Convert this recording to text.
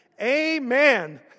Amen